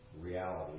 reality